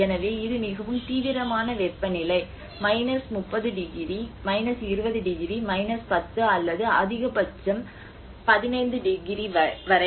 எனவே இது மிகவும் தீவிரமான வெப்பநிலை 30 டிகிரி 20 டிகிரி 10 அல்லது அதிகபட்சம் 15 டிகிரி வகை